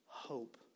hope